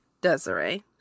Desiree